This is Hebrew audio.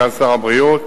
סגן שר הבריאות: